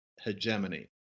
hegemony